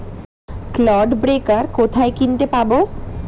Clod breaker কোথায় কিনতে পাব?